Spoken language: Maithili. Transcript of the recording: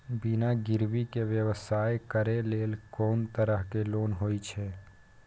बिना गिरवी के व्यवसाय करै ले कोन तरह के लोन होए छै?